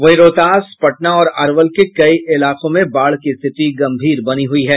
वहीं रोहतास पटना और अरवल के कई इलाकों में बाढ़ की स्थिति गंभीर बनी हुयी है